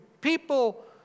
People